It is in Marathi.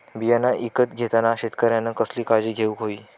बियाणा ईकत घेताना शेतकऱ्यानं कसली काळजी घेऊक होई?